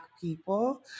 people